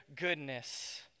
goodness